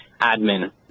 admin